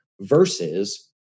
versus